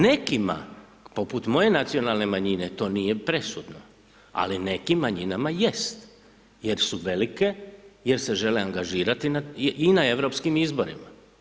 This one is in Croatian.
Nekima, poput moje nacionalne manjine, to nije presudno, ali nekim manjinama jest jer su velike, jer se žele angažirati i na europskim izborima.